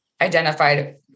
identified